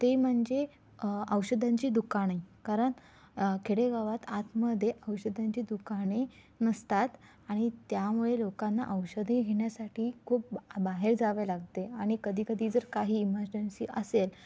ते म्हणजे औषधांची दुकाने कारण खेडेगावात आतमध्ये औषधांची दुकाने नसतात आणि त्यामुळे लोकांना औषधे घेण्यासाठी खूप बा बाहेर जावे लागते आणि कधी कधी जर काही इमरजन्सी असेल